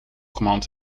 command